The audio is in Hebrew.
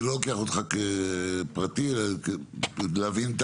אני לא לוקח אותך כאדם כפרטי אלא כדי להבין.